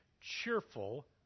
cheerful